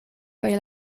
kaj